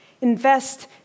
Invest